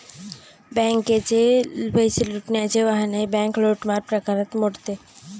बँकेचे पैसे लुटण्याचे वाहनही बँक लूटमार प्रकारात मोडते